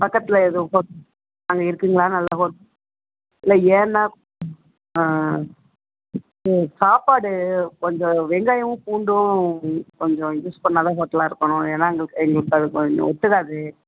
பக்கத்தில் எதுவும் ஹோட்டல் அங்கே இருக்குங்களா நல்ல ஹோட்டல் இல்லை ஏன்னா ஆ சரி சாப்பாடு கொஞ்சம் வெங்காயமும் பூண்டும் கொஞ்சம் யூஸ் பண்ணாத ஹோட்டலாக இருக்கணும் ஏன்னா எங்களுக்கு எங்களுக்கு அது கொஞ்சம் ஒத்துக்காது